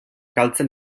galtzen